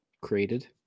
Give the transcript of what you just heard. created